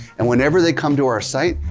and whenever they come to our site,